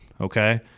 okay